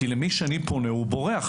כי למי שאני פונה הוא בורח.